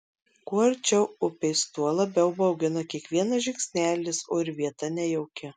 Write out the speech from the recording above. kuo arčiau upės tuo labiau baugina kiekvienas žingsnelis o ir vieta nejauki